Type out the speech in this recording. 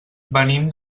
venim